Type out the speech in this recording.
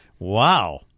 Wow